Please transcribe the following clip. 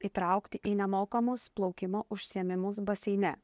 įtraukti į nemokamus plaukimo užsiėmimus baseine